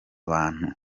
bantu